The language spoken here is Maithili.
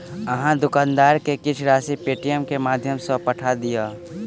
अहाँ दुकानदार के किछ राशि पेटीएमम के माध्यम सॅ पठा दियौ